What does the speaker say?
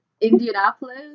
indianapolis